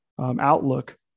outlook